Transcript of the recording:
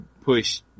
push